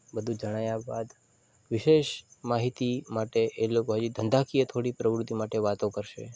બધું જણાવ્યા બાદ વિશેષ માહિતી માટે એ લોકો હજી ધંધાકીય થોડી પ્રવૃત્તિ માટે વાતો કરશે